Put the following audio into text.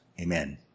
Amen